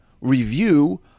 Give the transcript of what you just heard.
review